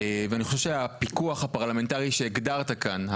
ואני חושב שהפיקוח הפרלמנטרי שהגדרת כאן,